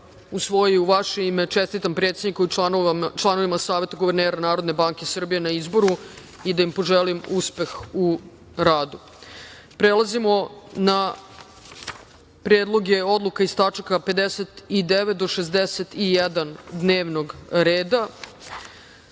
u svoje i vaše ime, čestitam predsedniku i članovima Saveta guvernera Narodne banke Srbije, na izboru i da im poželim uspeh u radu. Prelazimo na predloge odluka iz tačaka 59. do 61. dnevnog